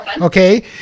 Okay